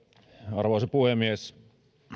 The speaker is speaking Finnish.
arvoisa puhemies